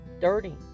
dirty